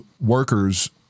workers